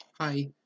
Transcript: Hi